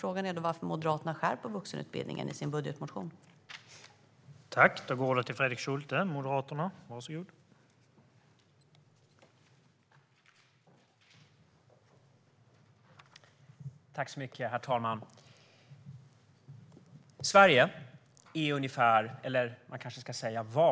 Frågan är då varför Moderaterna i sin budgetmotion skär i vuxenutbildningen.